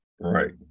Right